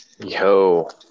Yo